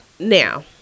Now